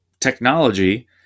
technology